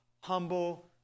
humble